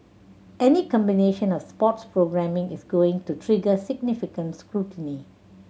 any combination of sports programming is going to trigger significant scrutiny